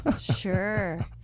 sure